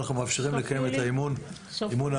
אנחנו מאפשרים לקיים את אימון ההקמה.